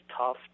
tough